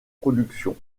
productions